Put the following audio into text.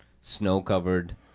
snow-covered